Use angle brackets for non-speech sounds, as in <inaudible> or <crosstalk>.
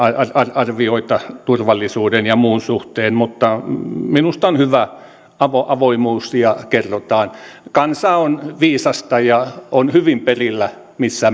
arvioita turvallisuuden ja muun suhteen mutta minusta on hyvä avoimuus ja se että kerrotaan kansa on viisasta ja on hyvin perillä missä <unintelligible>